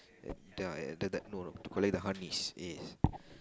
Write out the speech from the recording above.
ah ya no no to collect the honeys yes